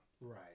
Right